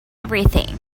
everything